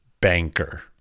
banker